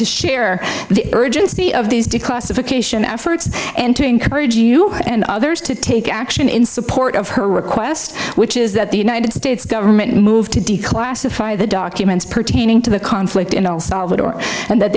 to share the urgency of these declassification efforts and to encourage you and others to take action in support of her request which is that the united states government moved to declassify the documents pertaining to the conflict in el salvador and that